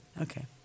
Okay